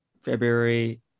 February